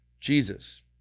Jesus